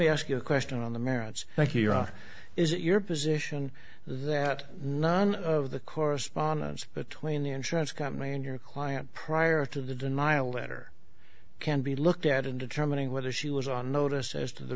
me ask you a question on the merits thank you or is it your position that none of the correspondence between the insurance company and your client prior to the denial letter can be look at in determining whether she was on notice as to the